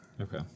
Okay